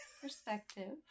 perspective